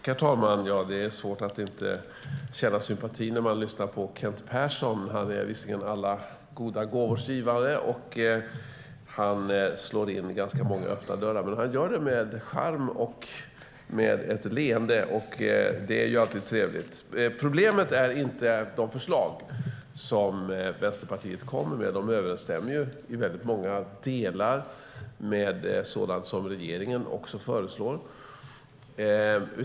Herr talman! Det är svårt att inte känna sympati när man lyssnar på Kent Persson. Han är alla goda gåvors givare och slår in ganska många öppna dörrar. Men han gör det med charm och ett leende, och det är ju alltid trevligt. Problemet är inte de förslag som Vänsterpartiet kommer med, för de överensstämmer i många delar med sådant som regeringen föreslår.